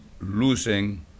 losing